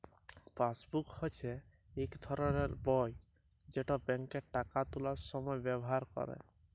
passbook হচ্যে ইক ধরলের বই যেট ব্যাংকে টাকা তুলার সময় ব্যাভার ক্যরে